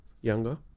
younger